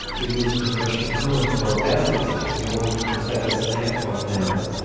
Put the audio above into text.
to use immersion cooling for asics, you will need to set a snag on fans.